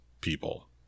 people